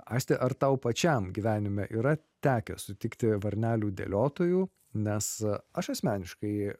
aisti ar tau pačiam gyvenime yra tekę sutikti varnelių dėliotojų nes aš asmeniškai